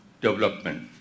development